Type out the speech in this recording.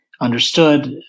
understood